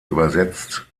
übersetzt